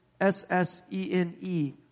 S-S-E-N-E